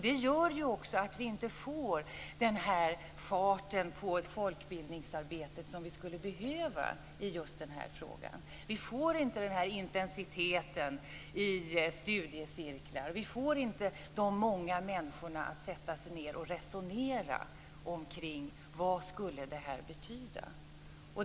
Det gör också att det inte blir någon fart på det folkbildningsarbete som skulle behövas i just den här frågan. Det blir inte den här intensiteten i studiecirklar. Man får inte de många människorna att sätta sig ned och resonera om vad ett medlemskap skulle betyda.